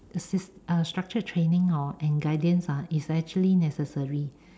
sys~ structure training and guidance is actually necessary